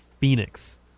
Phoenix